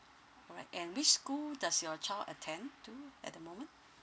alright and which school does your child attend to at the moment